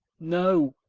no.